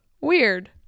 Weird